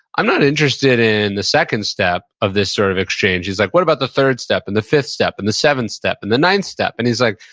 i'm not interested in the second step of this sort of exchange, he's like, what about the third step? and the fifth step? and the seventh step? and the ninth step? and he's like,